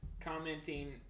commenting